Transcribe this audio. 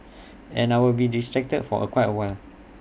and I will be distracted for quite A while